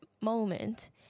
moment